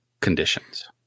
conditions